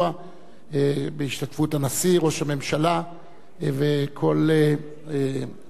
בהשתתפות הנשיא, ראש הממשלה וכל צמרת המדינה,